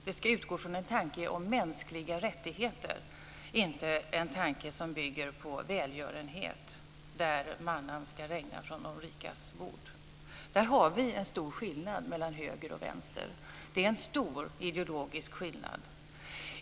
Den ska utgå från en tanke om mänskliga rättigheter, inte en tanke som bygger på välgörenhet, där manna ska regna från de rikas bord. Där har vi en stor skillnad mellan höger och vänster. Det är en stor ideologisk skillnad.